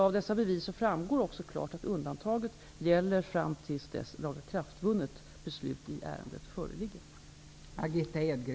Av dessa bevis framgår också klart att undantaget gäller fram till dess lagakraftvunnet beslut i ärendet föreligger.